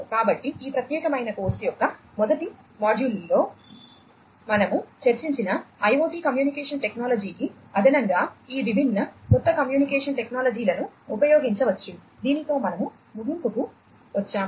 కాబట్టి ఈ ప్రత్యేకమైన కోర్సు యొక్క మొదటి మాడ్యూల్లో మనము చర్చించిన ఐయోటి కమ్యూనికేషన్ టెక్నాలజీకి అదనంగా ఈ విభిన్న కొత్త కమ్యూనికేషన్ టెక్నాలజీలను ఉపయోగించవచ్చు దీనితో మనము ముగింపుకు వచ్చాము